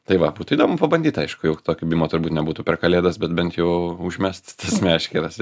tai va būtų įdomu pabandyt aišku jau to kibimo turbūt nebūtų per kalėdas bet bent jau užmest tas meškeres